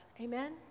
Amen